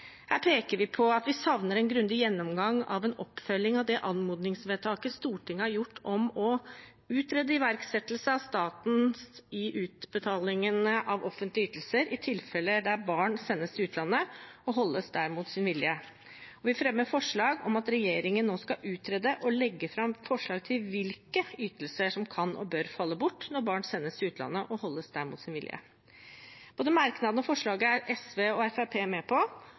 oppfølging av det anmodningsvedtaket Stortinget har gjort om å utrede iverksettelse av statens utbetalinger av offentlige ytelser i tilfeller der barn sendes til utlandet og holdes der mot sin vilje. Vi fremmer forslag om at regjeringen nå skal utrede og legge fram forslag til hvilke ytelser som kan og bør falle bort når barn sendes til utlandet og holdes der mot sin vilje. Både merknadene og forslaget er SV og Fremskrittspartiet med på.